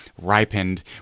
ripened